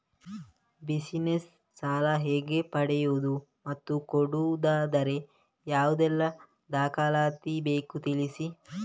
Business ಸಾಲ ಹೇಗೆ ಪಡೆಯುವುದು ಮತ್ತು ಕೊಡುವುದಾದರೆ ಯಾವೆಲ್ಲ ದಾಖಲಾತಿ ಬೇಕು ತಿಳಿಸಿ?